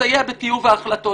מסייע בטיוב ההחלטות.